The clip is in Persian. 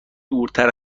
دورتر